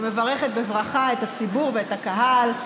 אני מברכת בברכה את הציבור ואת הקהל.